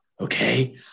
Okay